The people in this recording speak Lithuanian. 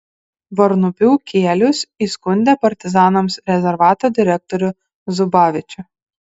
varnupių kielius įskundė partizanams rezervato direktorių zubavičių